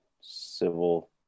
civil